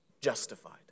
justified